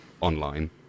online